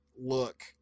look